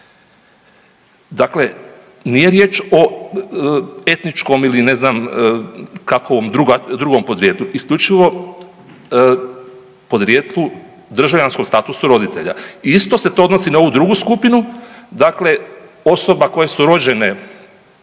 Dakle, nije riječ o etničkom ili ne znam kakvom drugom podrijetlu, isključivo podrijetlu državljanskom statusu roditelja i isto se to odnosi na ovu drugu skupinu, dakle osobe koje su rođene